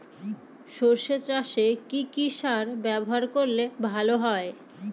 সর্ষে চাসে কি কি সার ব্যবহার করলে ভালো হয়?